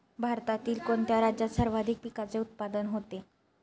भारतातील कोणत्या राज्यात सर्वाधिक पिकाचे उत्पादन होते?